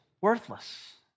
worthless